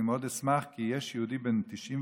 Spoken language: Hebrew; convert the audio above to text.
אני מאוד אשמח, כי יש יהודי מהונגריה